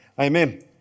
Amen